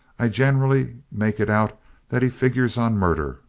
i generally make it out that he figures on murder,